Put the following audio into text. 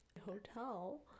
hotel